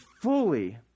fully